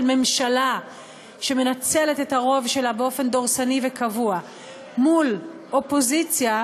ממשלה שמנצלת את הרוב שלה באופן דורסני וקבוע מול אופוזיציה,